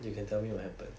you can tell me what happen